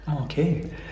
Okay